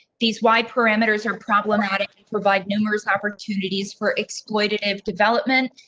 these wide parameters are problematic, provide numerous opportunities for exploitive development.